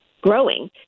growing